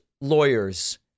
lawyers